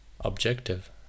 objective